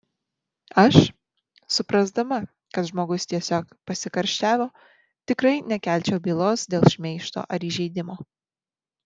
aš suprasdama kad žmogus tiesiog pasikarščiavo tikrai nekelčiau bylos dėl šmeižto ar įžeidimo